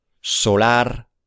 Solar